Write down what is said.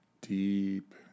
deep